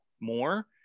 more